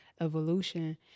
evolution